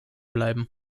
bleiben